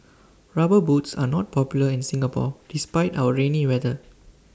rubber boots are not popular in Singapore despite our rainy weather